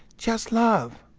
just love.